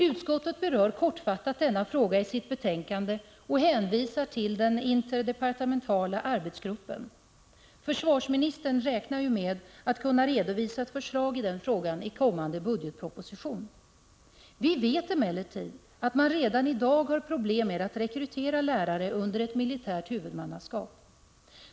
Utskottet berör kortfattat denna fråga i sitt betänkande och hänvisar till den interdepartementala arbetsgruppen. Försvarsministern räknar ju med att kunna redovisa ett förslag i den frågan i kommande budgetproposition. Vi vet emellertid att man redan i dag har problem med att rekrytera lärare under ett militärt huvudmannaskap.